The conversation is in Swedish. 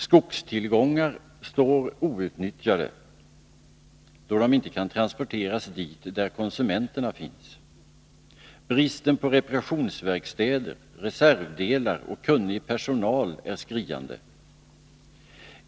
Skogstillgångar står outnyttjade, då de ej kan transporteras dit där konsumenterna finns. Bristen på reparationsverkstäder, reservdelar och kunnig personal är skriande.